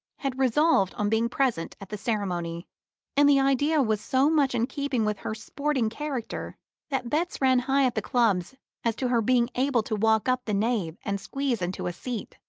had resolved on being present at the ceremony and the idea was so much in keeping with her sporting character that bets ran high at the clubs as to her being able to walk up the nave and squeeze into a seat.